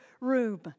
room